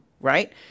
right